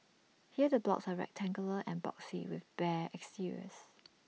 here the blocks are rectangular and boxy with bare exteriors